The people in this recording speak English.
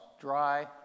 dry